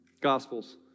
Gospels